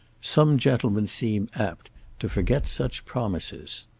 some gentlemen seem apt to forget such promises.